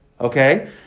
Okay